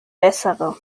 bessere